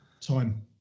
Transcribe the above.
Time